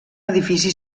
edifici